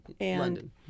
London